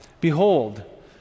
Behold